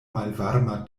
malvarma